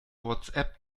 whatsapp